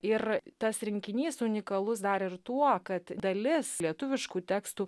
ir tas rinkinys unikalus dar ir tuo kad dalis lietuviškų tekstų